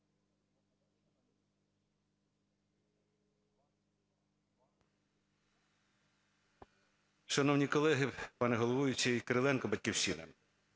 Шановні колеги, пане головуючий! Кириленко, "Батьківщина".